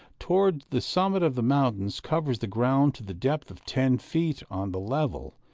toward the summits of the mountains, covers the ground to the depth of ten feet on the level,